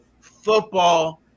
football